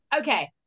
okay